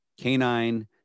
canine